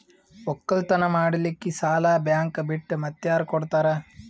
ಒಕ್ಕಲತನ ಮಾಡಲಿಕ್ಕಿ ಸಾಲಾ ಬ್ಯಾಂಕ ಬಿಟ್ಟ ಮಾತ್ಯಾರ ಕೊಡತಾರ?